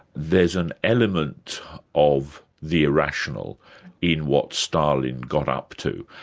there's an element of the irrational in what stalin got up to.